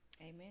Amen